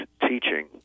teaching